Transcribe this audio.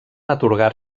atorgar